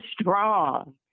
strong